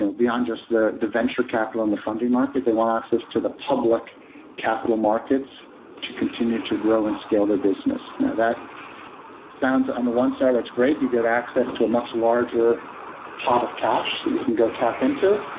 so beyond just the the venture capital and the funding market. they want access to the public capital markets to continue to grow and scale their business. that sounds on the one star, that's great. you get access to a much larger pot of cash that you can go tap into.